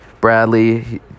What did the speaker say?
Bradley